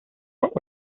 what